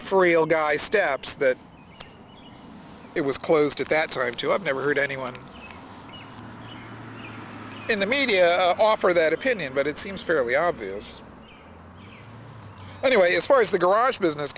frail guy steps that it was closed at that time too i've never heard anyone in the media offer that opinion but it seems fairly obvious anyway as far as the garage business